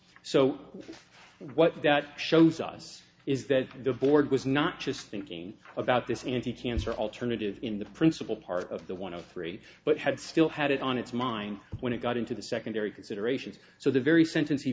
so what that shows us is that the board was not just thinking about this anticancer alternative in the principal part of the one of the three but had still had it on its mind when it got into the secondary considerations so the very sentence he